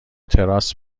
تراس